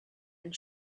and